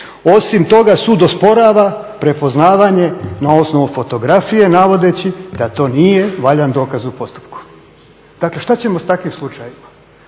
Osim toga sud osporava prepoznavanje na osnovu fotografije navodeći da to nije valjan dokaz u postupku. Dakle, što ćemo s takvim slučajevima?